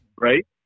Right